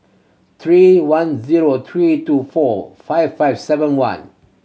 three one zero three two four five five seven one